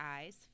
eyes